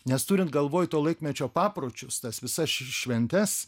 nes turint galvoj to laikmečio papročius tas visas šventes